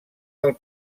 del